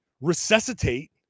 resuscitate